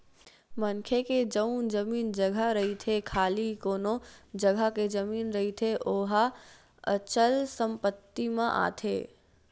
मनखे के जउन जमीन जघा रहिथे खाली कोनो जघा के जमीन रहिथे ओहा अचल संपत्ति म आथे